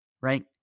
Right